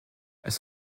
elles